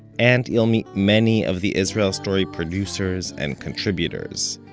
and you'll meet many of the israel story producers and contributors.